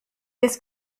this